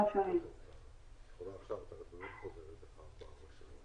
הקושי שלנו זה עם הרבה מאוד דברים לא מתוכננים שצצים כל הזמן,